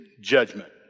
judgment